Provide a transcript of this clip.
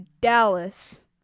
Dallas